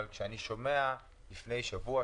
אבל כשאני שומע לפני שבוע,